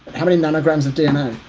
how many nanograms of dna?